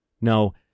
No